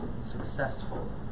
successful